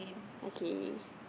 okay